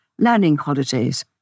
learningholidays